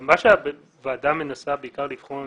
מה שהוועדה מנסה בעיקר לבחון,